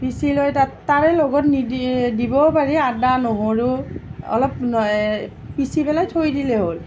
পিচি লৈ তাত তাৰে লগত নিদি দিবও পাৰি আদা নহৰু অলপ পিচি পেলাই থৈ দিলেই হ'ল